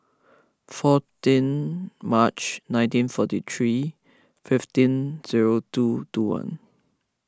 fourteen March nineteen forty three fifteen zero two two one